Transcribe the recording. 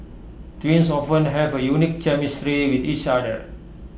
twins often have A unique chemistry with each other